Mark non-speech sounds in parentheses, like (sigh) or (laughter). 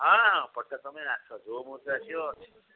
ହଁ (unintelligible) ତୁମେ ଆସ ଯୋଉ ମୁହୂର୍ତ୍ତରେ ଆସିବ ଅଛି